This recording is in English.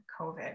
COVID